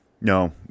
No